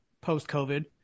post-COVID